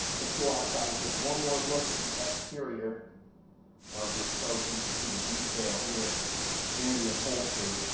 let's go outside and take one more look at the exterior of this coach, and you can see the detail here in the upholstery.